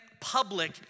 public